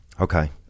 Okay